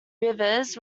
rivers